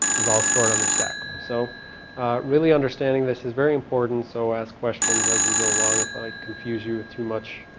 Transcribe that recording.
is all stored on the stack. so really, understanding this is very important so ask questions as we go along if i confuse you too much.